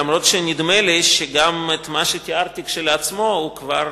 אף-על-פי שנדמה לי שגם מה שתיארתי כשלעצמו הוא כבר